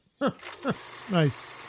Nice